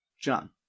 John